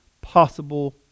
possible